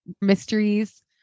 mysteries